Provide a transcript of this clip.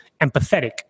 empathetic